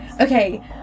okay